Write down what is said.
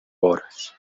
hores